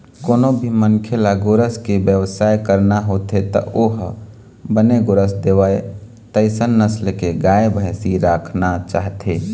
कोनो भी मनखे ल गोरस के बेवसाय करना होथे त ओ ह बने गोरस देवय तइसन नसल के गाय, भइसी राखना चाहथे